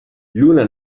lluna